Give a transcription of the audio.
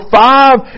five